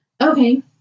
Okay